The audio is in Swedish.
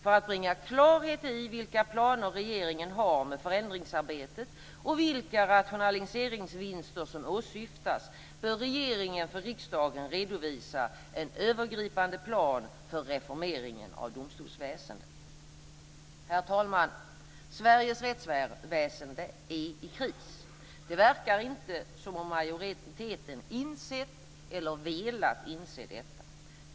För att bringa klarhet i vilka planer regeringen har med förändringsarbetet och vilka rationaliseringsvinster som åsyftas bör regeringen för riksdagen redovisa en övergripande plan för reformeringen av domstolsväsendet. Herr talman! Sveriges rättsväsende är i kris. Det verkar inte som att majoriteten insett eller velat inse detta.